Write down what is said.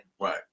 Right